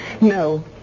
No